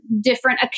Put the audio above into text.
different